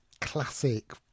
classic